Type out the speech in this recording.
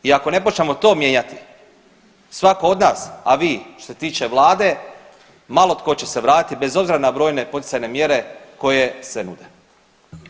I ako ne počnemo to mijenjati, svako od nas, a vi što se tiče vlade malo tko će se vratiti bez obzira na brojne poticajne mjere koje se nude.